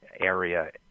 area